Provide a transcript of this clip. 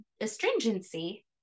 astringency